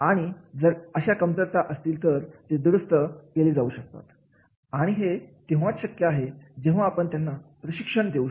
आणि जर अशा कमतरता असतील तर ते दुरुस्त केले जाऊ शकतात आणि हे तेव्हाच शक्य आहे जेव्हा आपण त्यांना प्रशिक्षण देऊ